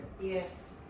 Yes